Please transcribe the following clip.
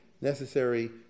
necessary